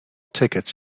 tickets